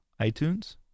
iTunes